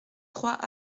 trois